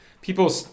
People